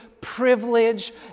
privilege